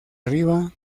arriba